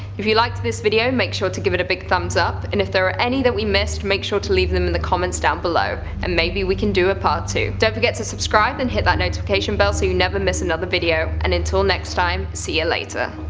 if you liked this video make sure to give it a big thumbs up, and if there are any that we missed make sure to leave them in comments down below and maybe we can do a part two. don't forget to subscribe and hit that notification bell so you never miss another video and until next time, see ya later.